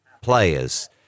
players